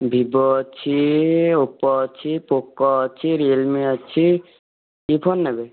Vivo ଅଛି Oppo ଅଛି Poco ଅଛି ରିୟଲମି ଅଛି କି ଫୋନ ନେବେ